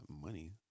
money